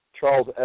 Charles